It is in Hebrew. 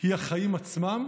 היא החיים עצמם